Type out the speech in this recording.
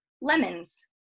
lemons